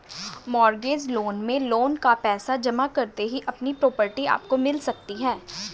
mortgage loan में loan का पैसा जमा करते ही अपनी प्रॉपर्टी आपको मिल सकती है